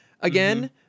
again